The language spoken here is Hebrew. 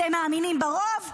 אתם מאמינים ברוב?